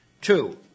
Two